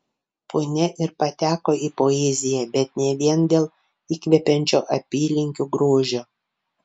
punia ir pateko į poeziją bet ne vien dėl įkvepiančio apylinkių grožio